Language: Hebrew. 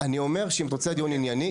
אני אומר שאם את רוצה דיון ענייני,